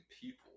people